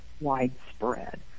widespread